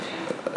אנחנו,